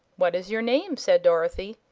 what is your name? said dorothy,